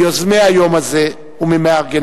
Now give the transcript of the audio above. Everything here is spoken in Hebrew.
מיוזמי היום הזה וממארגניו,